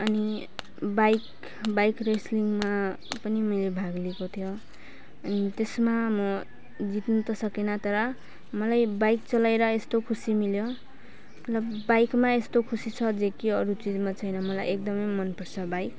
अनि bike bike रेसलिङमा पनि मैले भाग लिएको थियो अनि त्यसमा म जित्नु त सकेन तर मलाई बाइक चलाएर यस्तो खुसी मिल्यो मतलब बाइकमा यस्तो खुसी छ जे कि अरू चिजमा छैन मलाई एकदमै मन पर्छ बाइक